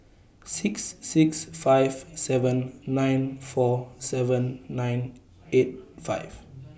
six six five seven nine four seven nine eight five